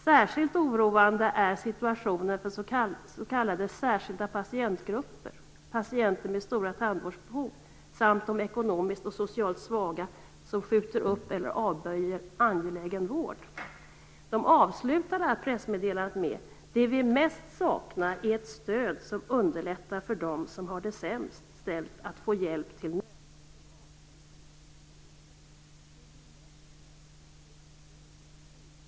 Särskilt oroande är situationen för s.k. särskilda patientgrupper, patienter med stora tandvårdsbehov, samt de ekonomiskt och socialt svaga som skjuter upp eller avböjer angelägen vård. De avslutar pressmeddelandet på följande sätt: Det vi mest saknar är ett stöd som underlättar för dem som har det sämst ställt att få hjälp till nödvändig bastandvård. Ingen är nöjd.